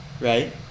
right